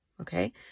Okay